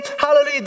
Hallelujah